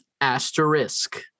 asterisk